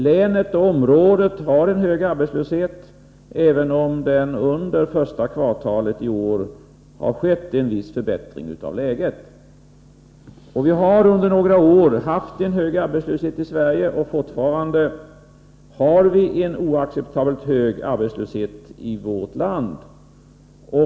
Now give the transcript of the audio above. Länet och området har en hög arbetslöshet, även om det under första kvartalet i år har skett en viss förbättring av läget. Vi har under några år haft en hög arbetslöshet i Sverige, och fortfarande har vi en oacceptabelt hög arbetslöshet i vårt land.